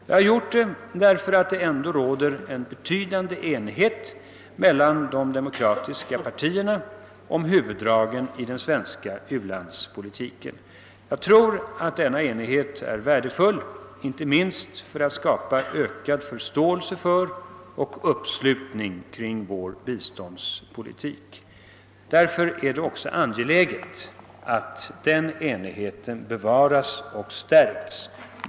Jag har gjort det därför att det ändå råder betydande enighet mellan de demokratiska partierna rörande huvuddragen i den svenska u-landspolitiken. Jag tror att denna enighet är värdefull, inte minst för att skapa ökad förståelse för och bättre uppslutning kring vår biståndspolitik. Därför är det också angeläget att den enigheten bevaras och stärkes.